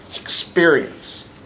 experience